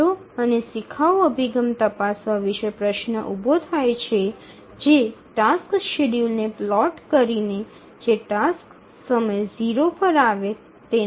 સહેલો અથવા શિખાઉ અભિગમ તપાસવા વિશે પ્રશ્ન ઊભો થાય છે જે ટાસક્સ શેડ્યૂલ્સ ને પ્લોટ કરીને જે ટાસક્સ સમય 0 પર આવે તેના દ્વારા મેળવીશું